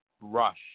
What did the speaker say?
rush